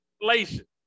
inflation